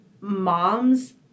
moms